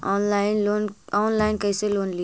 Online कैसे loan ली?